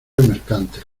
mercantes